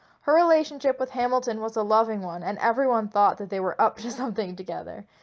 her relationship with hamilton was a loving one and everyone thought that they were up to something together.